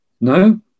no